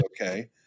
okay